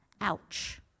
ouch